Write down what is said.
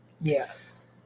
yes